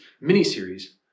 mini-series